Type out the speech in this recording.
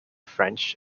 french